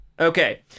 Okay